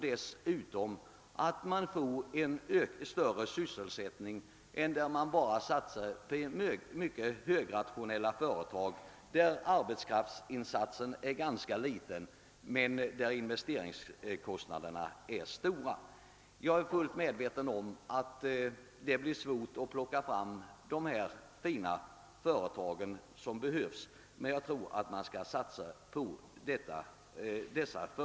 Därigenom får man en större sysselsättning än där man bara satsar på mycket högrationella företag med ganska liten arbetskraftsinsats men stora investeringskostnader. Jag är fullt medveten om att det blir svårt att välja ut de fina företag som behövs, men jag tror att man skall satsa på dessa.